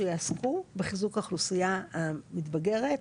שיעסקו בחיזוק האוכלוסייה המתבגרת.